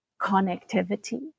connectivity